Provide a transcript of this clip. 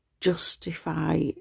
justify